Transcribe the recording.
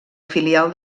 filial